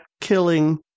killing